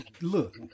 Look